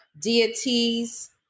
deities